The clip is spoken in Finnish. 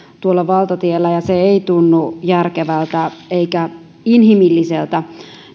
tuolla valtateillä ja se ei tunnu järkevältä eikä inhimilliseltä